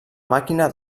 màquina